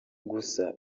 gusa